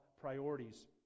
priorities